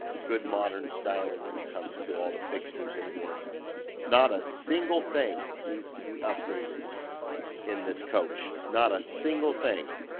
good, modern styling when it comes to all the fixtures in here not a single thing needs to be updated in this coach. not a single thing.